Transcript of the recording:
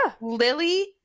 Lily